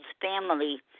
family